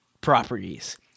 properties